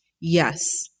Yes